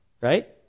Right